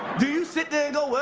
do you sit there and go, well,